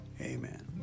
Amen